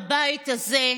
בבית הזה.